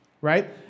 Right